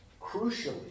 crucially